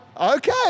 okay